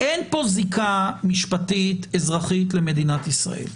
אין פה זיקה משפטית אזרחית למדינת ישראל.